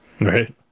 Right